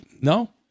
No